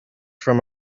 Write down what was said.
from